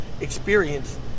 experience